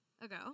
ago